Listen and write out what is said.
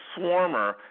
Swarmer